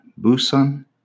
Busan